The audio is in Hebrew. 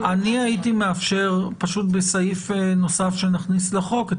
אני הייתי מציע לאפשר בסעיף נוסף שנכניס לחוק את